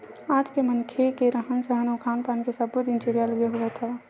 आज के मनखे मन के रहन सहन अउ खान पान के सब्बो दिनचरया अलगे होवत हवय